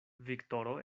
viktoro